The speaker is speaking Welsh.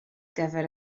gyfer